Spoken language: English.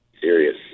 serious